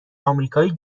آمریکای